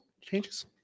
changes